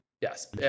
Yes